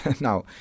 Now